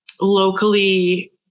Locally